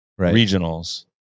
regionals